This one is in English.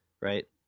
right